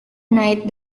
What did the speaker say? night